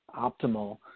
optimal